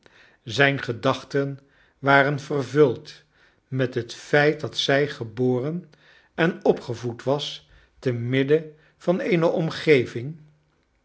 zijn gedachten waren vervuld met het feit dat zij geboren en opgevoed was te midden van eene omgeving